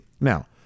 Now